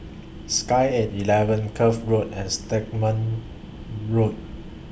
Sky At eleven Cuff Road and Stagmont Road